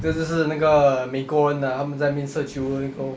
这个就是那个美国人的他们在那边射球的